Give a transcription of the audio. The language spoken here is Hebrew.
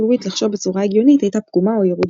וויט לחשוב בצורה הגיונית הייתה פגומה או ירודה.